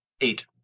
Eight